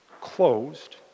closed